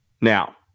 now